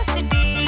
City